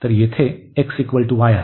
तर येथे x y आहे